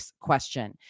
question